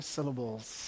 Syllables